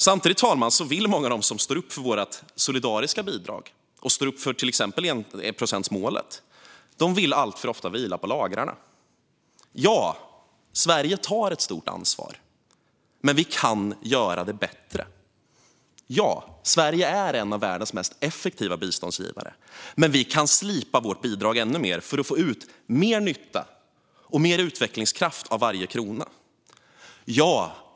Samtidigt vill många av dem som står upp för vårt solidariska bidrag, till exempel för enprocentsmålet, alltför ofta vila på lagrarna. Visst tar Sverige ett stort ansvar, men vi kan göra bättre. Och visst är Sverige en av världens mest effektiva biståndsgivare, men vi kan slipa vårt bidrag ännu mer för att få ut mer nytta och mer utvecklingskraft av varje krona.